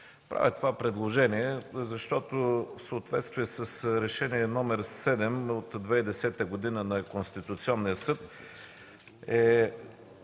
Правя това предложение, защото в съответствие с Решение № 7 от 2010 г. на Конституционния съд,